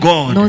God